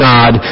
God